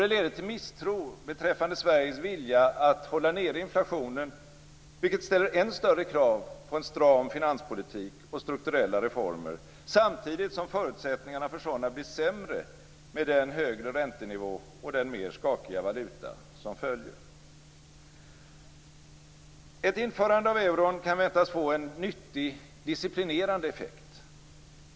Det leder till misstro beträffande Sveriges vilja att hålla nere inflationen, vilket ställer än större krav på en stram finanspolitik och strukturella reformer, samtidigt som förutsättningarna för sådana blir sämre med den högre räntenivå och den mer skakiga valuta som följer. Ett införande av euron kan väntas få en nyttig, disciplinerande effekt.